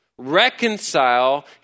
Reconcile